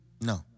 No